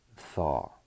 thaw